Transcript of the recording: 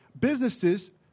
businesses